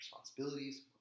responsibilities